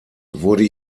wurde